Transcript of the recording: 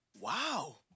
Wow